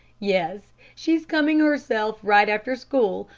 yes. she's coming herself right after school,